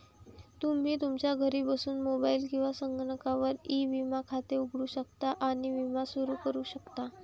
तुम्ही तुमच्या घरी बसून मोबाईल किंवा संगणकावर ई विमा खाते उघडू शकता आणि विमा सुरू करू शकता